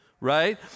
right